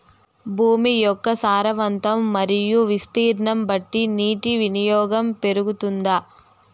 భూమి యొక్క సారవంతం మరియు విస్తీర్ణం బట్టి నీటి వినియోగం పెరుగుతుందా?